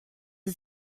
are